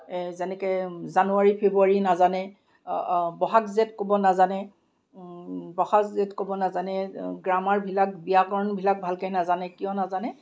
যেনেকে জানুৱাৰী ফেব্ৰুৱাৰী নাজানে ব'হাগ জেঠ ক'ব নাজানে ব'হাগ জেঠ ক'ব নাজানে গ্ৰামাৰবিলাক ব্যাকৰণবিলাক ভালকে নাজানে কিয় নাজানে